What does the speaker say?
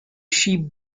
sheep